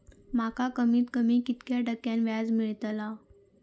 माका कमीत कमी कितक्या टक्क्यान व्याज मेलतला?